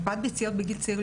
הקפאת ביציות בגיל צעיר,